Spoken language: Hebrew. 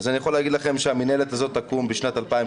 ואני יכול להגיד לכם שהמנהלת הזו תקום ב-2037,